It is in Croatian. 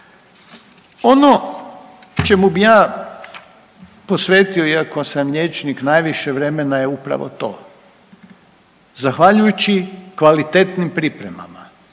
Ono čemu bi ja posvetio iako sam liječnik najviše vremena je upravo to. Zahvaljujući kvalitetnim pripremama,